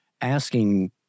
asking